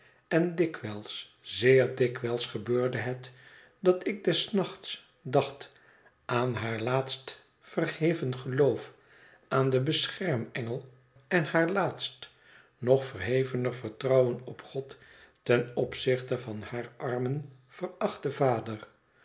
en dikwijls zeer dikwijls gebeurde het dat ik des nachts dacht aan haar laatst verheven geloof aan den beschermengel en haar laatst nog verhevener vertrouwen op god ten opzichte van haar armen verachten vader